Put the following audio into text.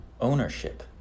ownership